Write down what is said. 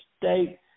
State